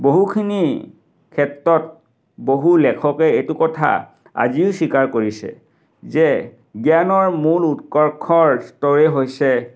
বহুখিনি ক্ষেত্ৰত বহু লেখকে এইটো কথা আজিও স্বীকাৰ কৰিছে যে জ্ঞানৰ মূল উৎকৰ্ষৰ স্তৰে হৈছে